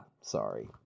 sorry